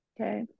Okay